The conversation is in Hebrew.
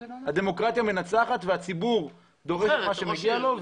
הדמוקרטיה מנצחת בכך שהציבור דורש את מה שמגיע לו.